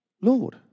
Lord